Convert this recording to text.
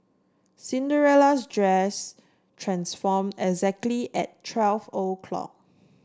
Cinderella's dress transform exactly at twelve o'clock